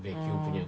orh